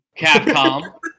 Capcom